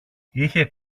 είχε